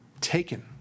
taken